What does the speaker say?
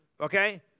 Okay